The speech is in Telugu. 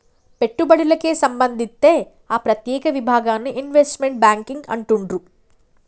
పెట్టుబడులకే సంబంధిత్తే ఆ ప్రత్యేక విభాగాన్ని ఇన్వెస్ట్మెంట్ బ్యేంకింగ్ అంటుండ్రు